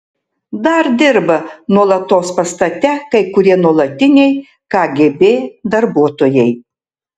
dar dirba nuolatos pastate kai kurie nuolatiniai kgb darbuotojai